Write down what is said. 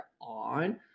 on